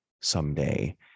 someday